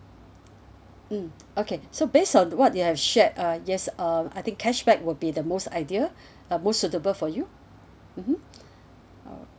mm okay so based on what you have shared uh yes uh I think cashback will be the most ideal uh most suitable for you mmhmm